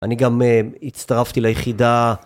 אני גם הצטרפתי ליחידה.